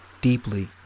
deeply